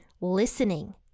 listening